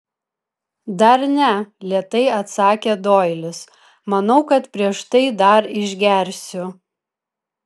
dar ne lėtai atsakė doilis manau kad prieš tai dar išgersiu